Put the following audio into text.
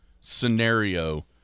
scenario